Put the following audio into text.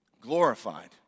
glorified